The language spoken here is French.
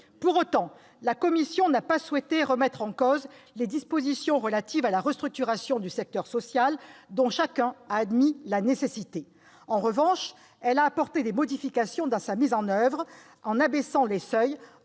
Pour autant, la commission n'a pas souhaité remettre en cause les dispositions relatives à la restructuration du secteur social, dont chacun a admis la nécessité. En revanche, elle a apporté des modifications dans sa mise en oeuvre en abaissant les seuils